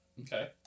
Okay